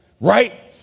right